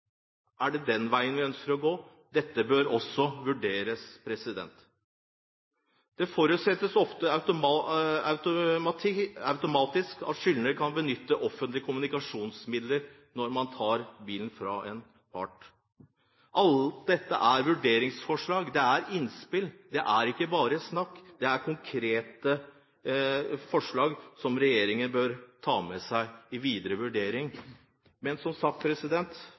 å gå den veien at namsmannen tar utlegg i skyldners bil, selv om transportmiddel er unntatt fra utlegg dersom skyldner trenger dette til arbeid? Dette bør også vurderes. Det forutsettes ofte automatisk at skyldner kan benytte offentlig kommunikasjonsmiddel når man tar bilen fra en part. Alt dette er vurderingsforslag, det er innspill, det er ikke bare snakk. Det er konkrete forslag som regjeringen bør ta med seg i sin videre vurdering.